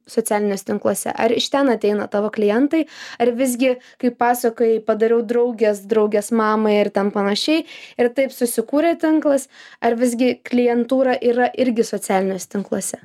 socialiniuose tinkluose ar iš ten ateina tavo klientai ar visgi kaip pasakoji padariau draugės draugės mamai ar ten panašiai ir taip susikūrė tinklas ar visgi klientūra yra irgi socialiniuose tinkluose